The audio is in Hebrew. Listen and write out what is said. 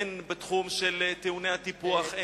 הן בתחום טעוני הטיפוח,